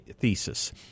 thesis